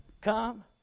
Come